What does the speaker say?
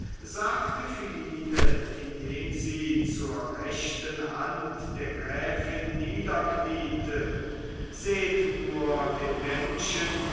sagte philine indem sie zur rechten hand der gräfin niederkniete seht nur den menschen